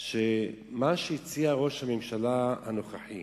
שבמה שראש הממשלה הנוכחי